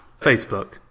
Facebook